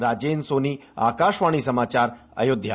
राजेंद्र सोनी आकाशवाणी समाचार अयोध्या